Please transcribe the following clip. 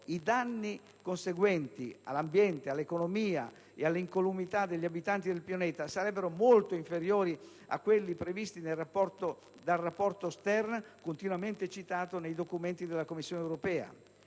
i conseguenti danni all'ambiente, all'economia e all'incolumità degli abitanti del pianeta sarebbero molto inferiori a quelli previsti nel rapporto Stern continuamente citato nei documenti della Commissione europea.